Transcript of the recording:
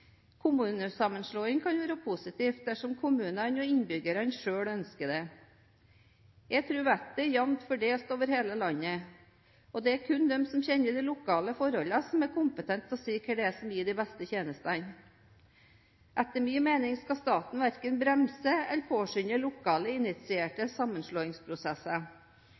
Kommunesammenslåing kan være positivt dersom kommunene og innbyggerne selv ønsker det. Jeg tror vettet er jevnt fordelt over hele landet, og det er kun de som kjenner de lokale forholdene, som er kompetente til å si hva som gir de beste tjenestene. Etter min mening skal staten verken bremse eller påskynde lokalt initierte sammenslåingsprosesser.